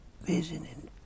Visiting